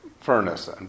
furnace